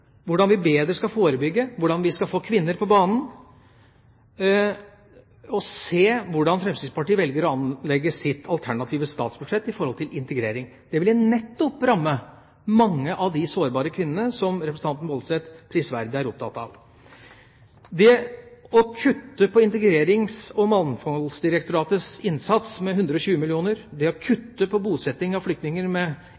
hvordan vi bedre skal forebygge, hvordan vi skal få kvinner på banen – å se hvordan Fremskrittspartiet velger å anlegge sitt alternative statsbudsjett når det gjelder integrering. Det ville nettopp ramme mange av de sårbare kvinnene som representanten Woldseth prisverdig er opptatt av. Det å kutte i Integrerings- og mangfoldsdirektoratets innsats med 120 mill. kr, det å